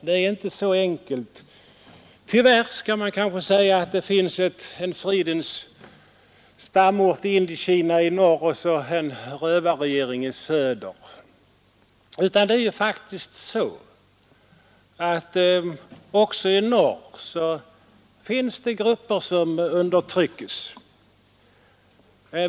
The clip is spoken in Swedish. Det är inte så enkelt — tyvärr, skall man kanske säga — att det finns en fridens stamort i norra Indokina och så en rövarregering i söder. Också i norr finns det faktiskt grupper som undertrycks.